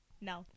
no